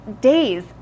days